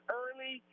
early